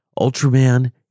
Ultraman